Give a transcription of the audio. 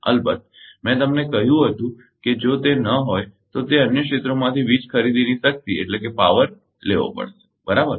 અલબત્ત મેં તમને કહ્યું હતું કે જો તે ન હોય તો તે અન્ય ક્ષેત્રોમાંથી વીજ ખરીદીની શક્તિપાવરpower લેવો પડશે બરાબર